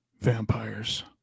vampires